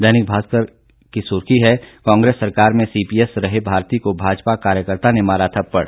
दैनिक भास्कर की सुर्खी है कांग्रेस सरकार में सीपीएस रहे भारती को भाजपा कार्यकर्ता ने मारा थप्पड़